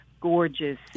gorgeous